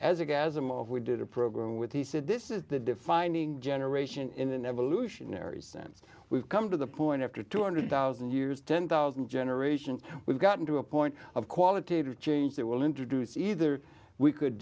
as a gas i'm off we did a program with he said this is the defining generation in an evolutionary sense we've come to the point after two hundred thousand years ten thousand generations we've gotten to a point of qualitative change that will introduce either we could